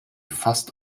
fast